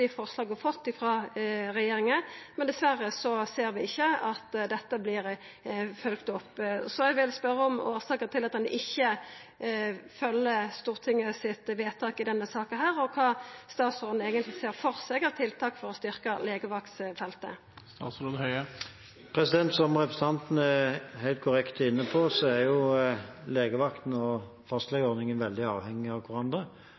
regjeringa, men dessverre ser vi ikkje at det vert følgt opp. Eg vil spørja om årsaka til ein ikkje følgjer stortingsvedtaket i denne saka, og kva statsråden eigentleg ser for seg av tiltak for å styrkja legevakttenestene. Som representanten helt korrekt er inne på, er legevakten og fastlegeordningen veldig avhengige av